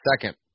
second